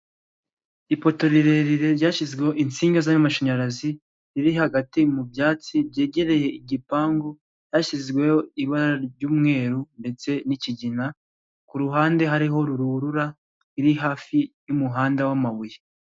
Ipoto rirerire ryashyizweho insinga z'amashanyarazi, riri hagati mu byatsi byegereye igipangu, hashyizweho ibara ry'umweru ndetse n'ikigina, ku ruhande hariho ruhurura iri hafi y'umuhanda wamabuye.